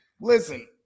Listen